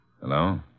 Hello